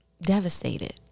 Devastated